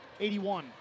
81